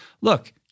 Look